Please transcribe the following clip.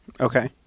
Okay